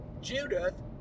Judith